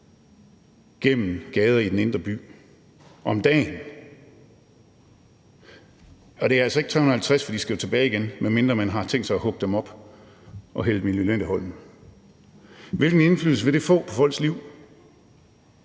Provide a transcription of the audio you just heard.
gennem gader i den indre by – om dagen! Og det er altså ikke 350, for de skal jo tilbage igen, medmindre man har tænkt sig at hugge dem op og hælde dem i Lynetteholmen. Hvilken indflydelse vil det få på folks liv?